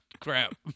crap